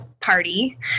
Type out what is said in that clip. party